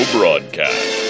Broadcast